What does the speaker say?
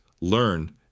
learn